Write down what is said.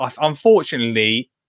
Unfortunately